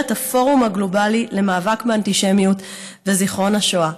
הפורום הגלובלי למאבק באנטישמיות ולזיכרון השואה.